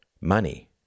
money